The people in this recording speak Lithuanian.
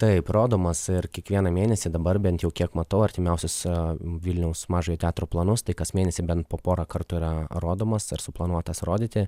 taip rodomas ir kiekvieną mėnesį dabar bent jau kiek matau artimiausiuose vilniaus mažojo teatro planus tai kas mėnesį bent po porą kartų yra rodomas ar suplanuotas rodyti